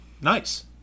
nice